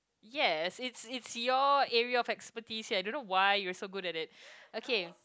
yes it's it's your area of expertise here I don't know why you're so good at it okay